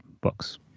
books